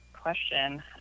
question